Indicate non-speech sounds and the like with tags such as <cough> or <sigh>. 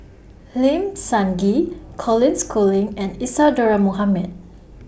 <noise> Lim Sun Gee Colin Schooling and Isadhora Mohamed